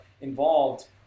involved